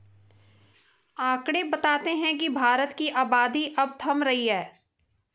आकंड़े बताते हैं की भारत की आबादी अब थम रही है